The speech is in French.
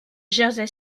jersey